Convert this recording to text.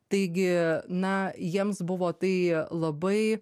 taigi na jiems buvo tai labai